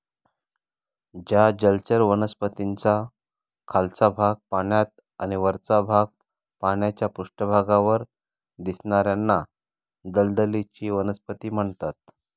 ज्या जलचर वनस्पतींचा खालचा भाग पाण्यात आणि वरचा भाग पाण्याच्या पृष्ठभागावर दिसणार्याना दलदलीची वनस्पती म्हणतात